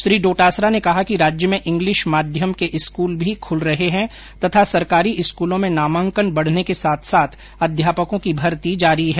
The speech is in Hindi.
श्री डोटासरा ने कहा कि राज्य में इंग्लिश माध्यम के स्कूल भी खुल रहे है तथा सरकारी स्कूलों में नामांकन बढने के साथ साथ अध्यापकों की भर्ती जारी हैं